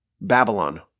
Babylon